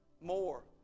more